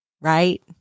Right